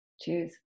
Cheers